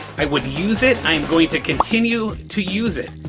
i would use it. i am going to continue to use it.